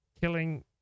killing